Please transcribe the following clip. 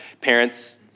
parents